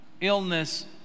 illness